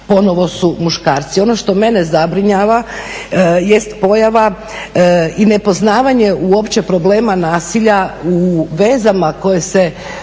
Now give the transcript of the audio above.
ponovo su muškarci. Ono što mene zabrinjava jest pojava i nepoznavanje uopće problema nasilja u vezama koje se